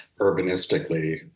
urbanistically